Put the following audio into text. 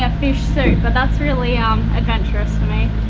and fish soup, but that's really um adventurous for me.